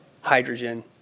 hydrogen